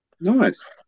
Nice